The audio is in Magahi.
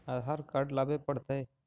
आधार कार्ड लाबे पड़तै?